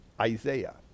Isaiah